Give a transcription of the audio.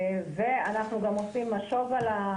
אנחנו גם עושים משוב על השירות,